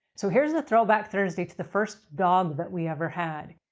so, here's the throwback thursday to the first dog that we ever had.